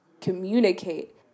communicate